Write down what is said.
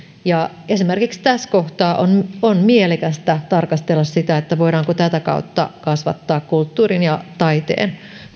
esimerkiksi tässä kohtaa on on mielekästä tarkastella sitä voidaanko tätä kautta kasvattaa kulttuurin ja taiteen